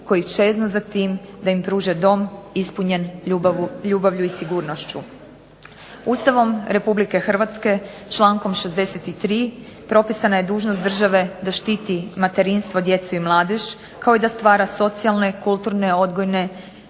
koji čeznu za tim da im pruže dom ispunjen ljubavlju i sigurnošću. Ustavom Republike Hrvatske člankom 63. propisana je dužnost države da štiti materinstvo, djecu i mladež, kao i da stvara socijalne, kulturne, odgojne,